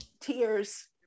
Tears